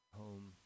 home